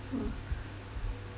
mm